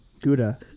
gouda